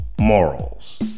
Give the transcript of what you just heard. morals